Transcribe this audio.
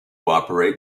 operate